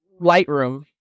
Lightroom